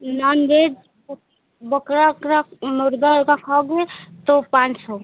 non-veg बकरा उकरा मुर्गा उरगा खाओगे तो पाँच सौ